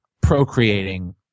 procreating